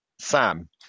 Sam